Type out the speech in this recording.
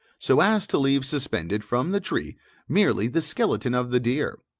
so as to leave suspended from the tree merely the skeleton of the deer.